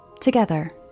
together